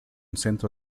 centro